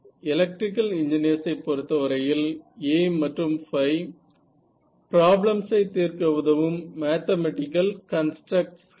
electrical engineers ஐ பொருத்தவரையில் A மற்றும் ϕ பிராப்ளம்சை தீர்க்க உதவும் மேத்தமேட்டிக்கல் கன்ஸ்ட்ரக்ட்ஸ் களே